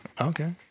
Okay